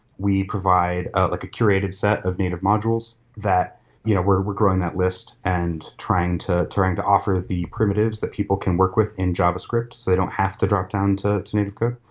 we provide a like curated set of native modules that you know we're we're growing that list and trying to trying to offer the primitives that people can work with in javascript so they don't have to dropdown to to native code.